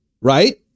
right